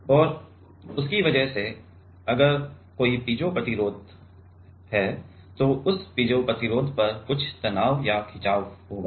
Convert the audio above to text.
और उसकी वजह से अगर कोई पीजो प्रतिरोध है तो उस पीजो प्रतिरोध पर कुछ तनाव या खिचाव होगा